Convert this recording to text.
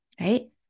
right